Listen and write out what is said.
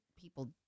people